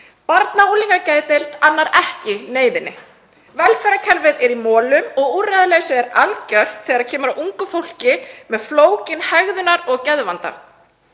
unglingageðdeild annar ekki neyðinni. Velferðarkerfið er í molum og úrræðaleysið er algjört þegar kemur að ungu fólki með flókinn hegðunar- og geðvanda.